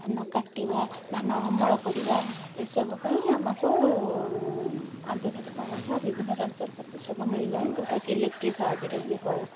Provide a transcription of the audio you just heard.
ଧାନ କାଟିବା ଧାନ ଅମଳ କରିବା ଏସବୁ ପାଇଁ ଆମକୁ ଆଧୁନିକ ପ୍ରଣାଳୀର ବିଭିନ୍ନ ଯନ୍ତ୍ରପାତି ସବୁ ମିଳିଲାଣି ଯେଉଁଟାକି ଇଲେକ୍ଟ୍ରିକ୍ ସାହାଯ୍ୟରେ ବି ହଉ